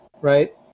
right